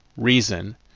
reason